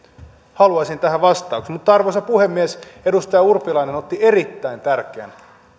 haluaisin tähän vastauksen arvoisa puhemies edustaja urpilainen otti erittäin tärkeän